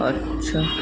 আচ্ছা